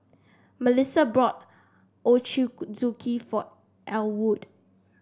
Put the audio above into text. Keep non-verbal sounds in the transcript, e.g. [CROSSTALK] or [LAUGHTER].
Mellissa brought [UNINTELLIGIBLE] for Elwood